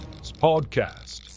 Podcast